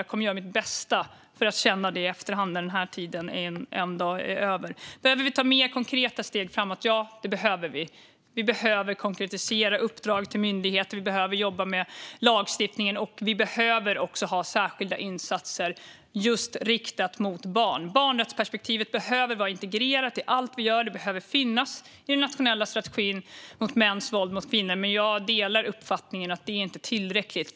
Jag kommer att göra mitt bästa för att känna det när den här tiden en dag är över. Behöver vi ta mer konkreta steg framåt? Ja, det behöver vi. Vi behöver konkretisera uppdrag till myndigheter, vi behöver jobba med lagstiftningen och vi behöver också ha särskilda insatser riktade just mot barn. Barnrättsperspektivet behöver vara integrerat i allt vi gör. Det behöver finnas i den nationella strategin mot mäns våld mot kvinnor. Jag delar dock uppfattningen att det inte är tillräckligt.